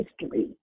history